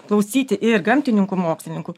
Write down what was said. klausyti ir gamtininkų mokslininkų